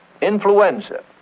influenza